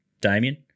Damien